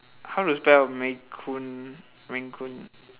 how to spell maine-coon maine-coon